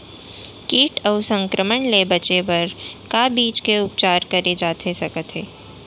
किट अऊ संक्रमण ले बचे बर का बीज के उपचार करे जाथे सकत हे?